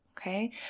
Okay